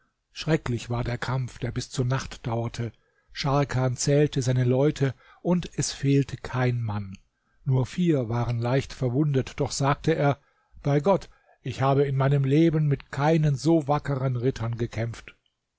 schrecklich war der kampf der bis zur nacht dauerte scharkan zählte seine leute und es fehlte kein mann nur vier waren leicht verwundet doch sagte er bei gott ich habe in meinem leben mit keinen so wackeren rittern gekämpft